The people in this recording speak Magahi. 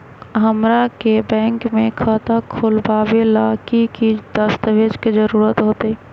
हमरा के बैंक में खाता खोलबाबे ला की की दस्तावेज के जरूरत होतई?